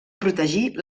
protegir